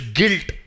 guilt